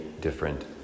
different